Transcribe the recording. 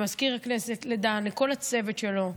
למזכיר הכנסת, לדן, לכל הצוות שלו,